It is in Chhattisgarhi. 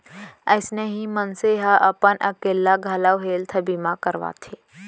अइसने ही मनसे ह अपन अकेल्ला घलौ हेल्थ बीमा करवाथे